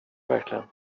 verkligen